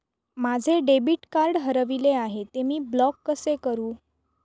माझे debit card हरविले आहे, ते मी ब्लॉक कसे करु?